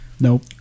Nope